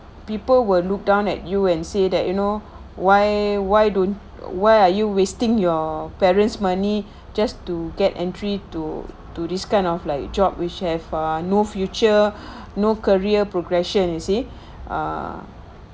people will look down at you and say that you know why why don't why are you wasting your parent's money just to get entry to do this kind of like job which have ah no future no career progression you see ah